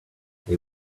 they